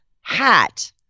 hat